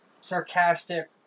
sarcastic